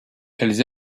elles